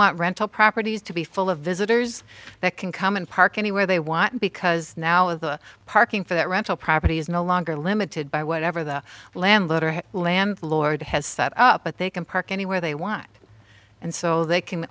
want rental properties to be full of visitors that can come and park anywhere they want because now is the parking for that rental property is no longer limited by whatever the land letterhead landlord has set up but they can park anywhere they want and so they can